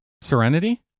serenity